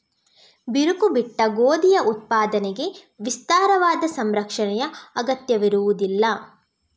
ಬಿರುಕು ಬಿಟ್ಟ ಗೋಧಿಯ ಉತ್ಪಾದನೆಗೆ ವಿಸ್ತಾರವಾದ ಸಂಸ್ಕರಣೆಯ ಅಗತ್ಯವಿರುವುದಿಲ್ಲ